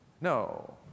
No